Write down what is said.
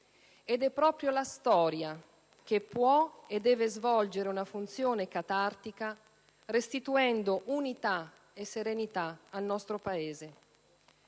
Ed è proprio la storia che può e deve svolgere una funzione catartica, restituendo unità e serenità al nostro Paese.